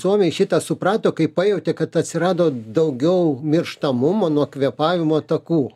suomiai šitą suprato kai pajautė kad atsirado daugiau mirštamumo nuo kvėpavimo takų